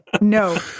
No